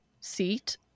seat